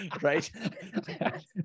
right